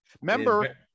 Remember